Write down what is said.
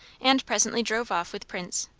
and presently drove off with prince.